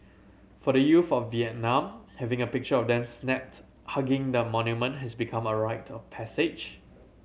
for the youth of Vietnam having a picture of them snapped hugging the monument has become a rite of passage